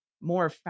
more